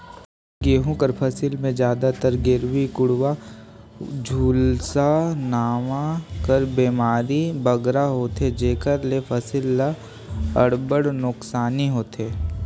गहूँ कर फसिल में जादातर गेरूई, कंडुवा, झुलसा नांव कर बेमारी बगरा होथे जेकर ले फसिल ल अब्बड़ नोसकानी होथे